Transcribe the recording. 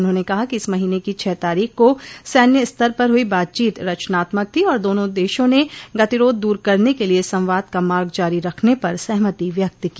उन्होंने कहा कि इस महीने की छह तारीख को सैन्य स्तर पर हुई बातचीत रचनात्मक थी और दोनों देशों ने गतिरोध दूर करने के लिए संवाद का मार्ग जारी रखने पर सहमति व्यक्त की